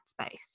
space